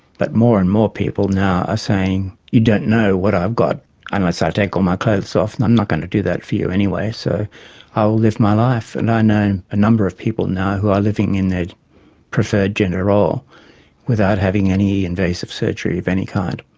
but more and more people now are saying, you don't know what i've got unless i ah take all my clothes off and i'm not going to do that for you anyway, so i'll live my life. and i know a number of people now who are living in their preferred gender role without having any invasive surgery of any kind.